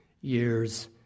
years